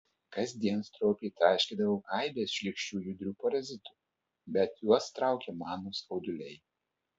kasdien stropiai traiškydavau aibes šlykščių judrių parazitų bet juos traukė mano skauduliai